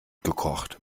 gekocht